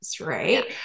right